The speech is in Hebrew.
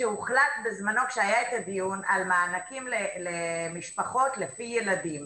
כשהיה את הדיון על מענקים למשפחות לפי ילדים,